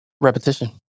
Repetition